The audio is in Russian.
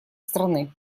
страны